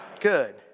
Good